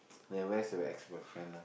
like where's your ex boyfriend lah